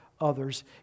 others